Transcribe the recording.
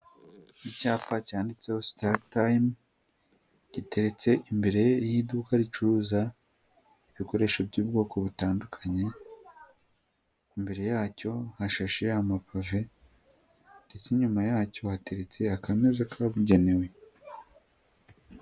Icyapa cyanditseho star time giteretse imbere y'iduka ricuruza ibikoresho by'ubwoko butandukanye, imbere yacyo hashashe amapave ndetse inyuma yacyo hateretse akameza kubugenewe.